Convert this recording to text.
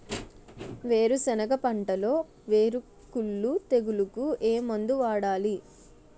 వేరుసెనగ పంటలో వేరుకుళ్ళు తెగులుకు ఏ మందు వాడాలి?